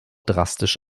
drastisch